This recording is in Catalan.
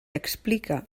explica